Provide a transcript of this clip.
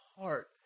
heart